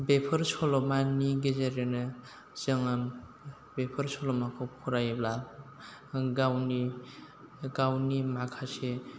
बेफोर सल'मानि गेजेरजोंनो जोङो बेफोर सल'माखौ फरायोब्ला गावनि गावनि माखासे